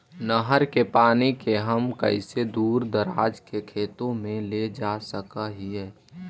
नहर के पानी के हम कैसे दुर दराज के खेतों में ले जा सक हिय?